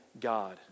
God